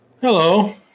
Hello